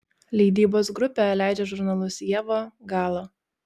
leidybos grupė leidžia žurnalus ieva gala